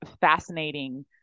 fascinating